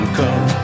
come